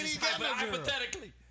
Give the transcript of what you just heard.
hypothetically